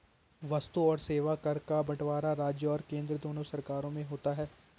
वस्तु और सेवा कर का बंटवारा राज्य और केंद्र दोनों सरकार में होता है